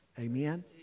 Amen